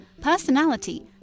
personality